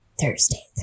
Thursday